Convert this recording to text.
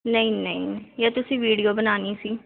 ਨਹੀਂ ਨਹੀਂ ਜੇ ਤੁਸੀਂ ਵੀਡੀਓ ਬਣਾਉਣੀ ਸੀ